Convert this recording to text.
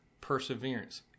perseverance